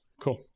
Cool